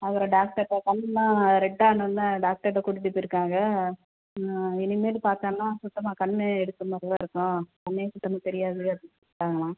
அப்புறம் டாக்டர் கிட்ட கண்ணுல்லாம் ரெட்டானோன டாக்டர் கிட்ட கூட்டிகிட்டு போய்ருக்காங்க இனிமேல் பார்த்தான்னா சுத்தமாக கண்ணே எடுக்கிற மாதிரி தான் இருக்கும் கண்ணே சுத்தமாக தெரியாது அப்படின்னு சொல்லிவிட்டாங்களாம்